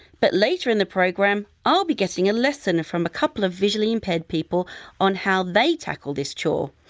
but later in the programme i'll be getting a lesson from a couple of visually impaired people on how they tackle this chore.